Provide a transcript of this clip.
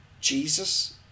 Jesus